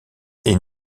est